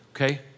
okay